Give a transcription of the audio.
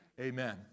Amen